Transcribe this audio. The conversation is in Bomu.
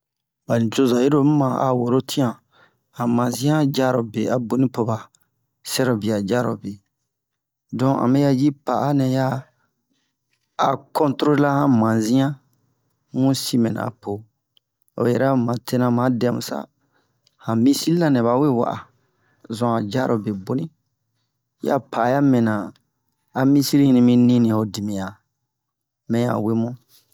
Ba nicoza yiro mi ma a woro tiyan han maziyan jarobe boni po ba sɛrobia jarobe don a mɛya ji pa'a nɛ ya a kontorolera han maziyan mu sin mɛna apo obe yɛrɛ o tena ma dɛmu sa han misil la nɛ bawe wa'a o zun han jarobe boni yi a pa'a ya mi mɛna a misil hini yi mi nini ho dimiyan mɛya wemu